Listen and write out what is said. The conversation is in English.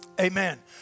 Amen